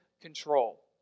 control